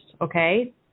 okay